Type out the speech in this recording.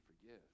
forgive